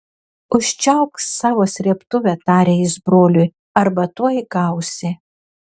užčiaupk savo srėbtuvę tarė jis broliui arba tuoj gausi